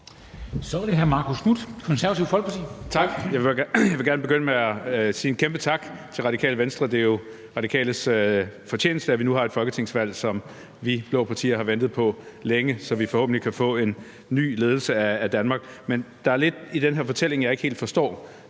Kl. 13:34 Marcus Knuth (KF): Tak. Jeg vil gerne begynde med at sige en kæmpe tak til Radikale Venstre. Det er jo Radikales fortjeneste, at vi nu har et folketingsvalg, som vi blå partier har ventet på længe, så vi forhåbentlig kan få en ny ledelse af Danmark. Men der er lidt i den her fortælling, jeg ikke helt forstår.